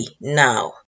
now